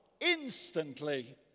instantly